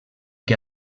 que